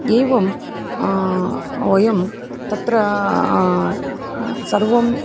एवं वयं तत्र सर्वम्